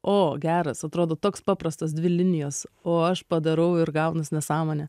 o geras atrodo toks paprastas dvi linijos o aš padarau ir gaunas nesąmonė